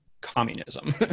communism